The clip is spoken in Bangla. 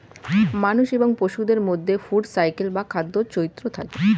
মানুষ এবং পশুদের মধ্যে ফুড সাইকেল বা খাদ্য চক্র থাকে